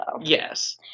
Yes